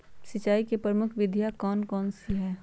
सिंचाई की प्रमुख विधियां कौन कौन सी है?